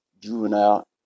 Juvenile